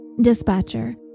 Dispatcher